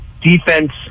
defense